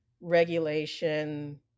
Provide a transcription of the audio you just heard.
regulation